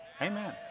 Amen